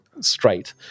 straight